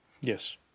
Yes